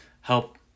help